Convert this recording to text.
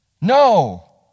No